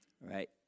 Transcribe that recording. Right